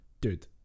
dude